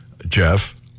Jeff